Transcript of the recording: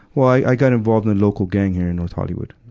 well, i, i got involved in a local gang here in north hollywood.